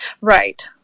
Right